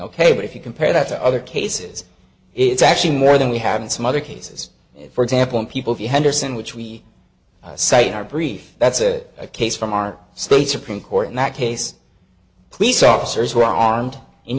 ok but if you compare that to other cases it's actually more than we have in some other cases for example in people if you henderson which we cite in our brief that's a case from our state supreme court in that case police officers were armed in